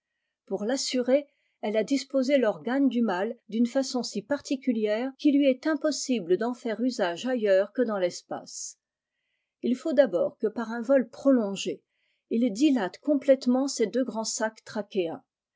pour l'assurer lie a disposé l'organe du mâle d'une façon si particulière qu'il lui est impossible d'en faire usage ailleurs que dans l'espace il faut d'abord que par un vol prolongé il dilate complètement ses deux grands sacs